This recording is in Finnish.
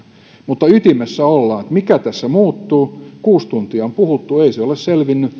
mutta ytimessä ollaan mikä tässä muuttuu kuusi tuntia on puhuttu ei se ole selvinnyt